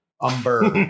Umber